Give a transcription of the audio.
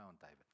David